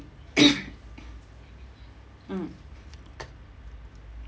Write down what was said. mm